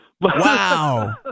Wow